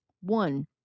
one